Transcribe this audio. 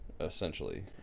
essentially